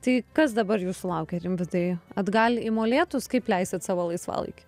tai kas dabar jūsų laukia rimvydai atgal į molėtus kaip leisit savo laisvalaikį